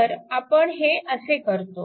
तर आपण हे असे करतो